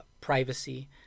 privacy